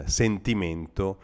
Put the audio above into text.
sentimento